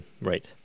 Right